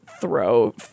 throw